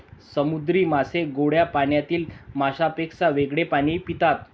समुद्री मासे गोड्या पाण्यातील माशांपेक्षा वेगळे पाणी पितात